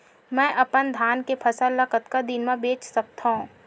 मैं अपन धान के फसल ल कतका दिन म बेच सकथो?